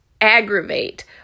aggravate